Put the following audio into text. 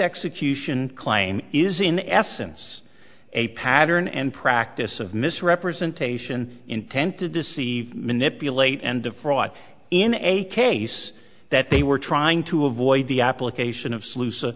execution claim is in essence a pattern and practice of misrepresentation intent to deceive manipulate and of fraud in a case that they were trying to avoid the application of